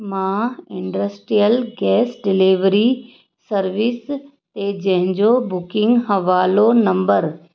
मां industrial gas delivery service जंहिंजो booking हवालो नम्बर